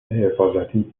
حفاظتی